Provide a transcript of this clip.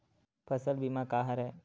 फसल बीमा का हरय?